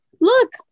Look